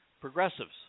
progressives